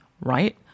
right